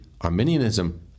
Arminianism